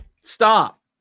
Stop